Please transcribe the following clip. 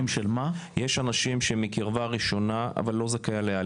יש אנשים שהם מקרבה ראשונה אבל לא זכאי עלייה.